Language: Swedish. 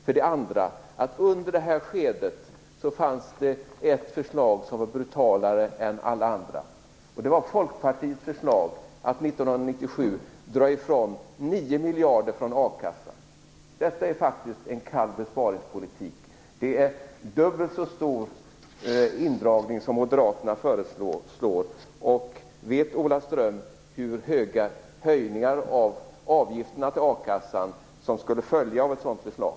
För det andra kommer man att säga att det under detta skede fanns ett förslag som var brutalare än alla andra, nämligen Folkpartiets förslag att 1997 ta 9 miljarder ifrån a-kassan. Detta är faktiskt en kall besparingspolitik. Indragningen är dubbelt så stor som den som Moderaterna föreslår. Vet Ola Ström hur höga höjningar av avgifterna till a-kassan som skulle bli följden av ett sådant förslag?